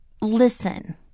Listen